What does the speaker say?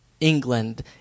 England